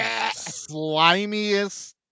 slimiest